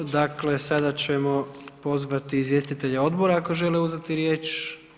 Dakle, sada ćemo pozvati izvjestitelja odbora ako želi uzeti riječ?